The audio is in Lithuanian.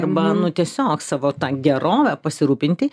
arba nu tiesiog savo ta gerove pasirūpinti